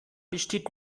besteht